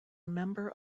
member